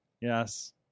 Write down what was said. Yes